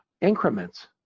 increments